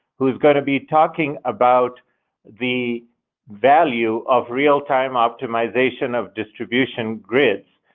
who's going to be talking about the value of real time optimization of distribution grids,